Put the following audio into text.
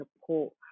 support